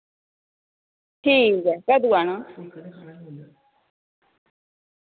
ठीक ऐ कदू आना